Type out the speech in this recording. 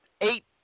eight